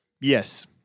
Yes